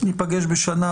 ניפגש בשנה,